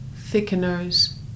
thickeners